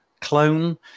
clone